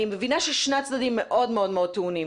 אני מבינה ששני הצדדים מאוד מאוד מאוד טעונים,